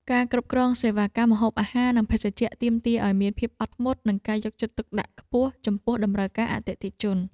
ការគ្រប់គ្រងសេវាកម្មម្ហូបអាហារនិងភេសជ្ជៈទាមទារឱ្យមានភាពអត់ធ្មត់ និងការយកចិត្តទុកដាក់ខ្ពស់ចំពោះតម្រូវការអតិថិជន។